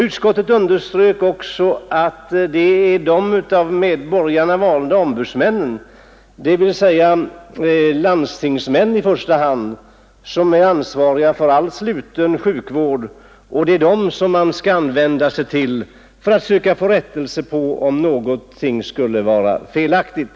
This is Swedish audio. Utskottet underströk också att de av medborgarna valda ombuden, dvs. landstingsmännen i första hand, är ansvariga för all sluten sjukvård och att det är dem man skall vända sig till för att få rättelse om någonting skulle vara felaktigt.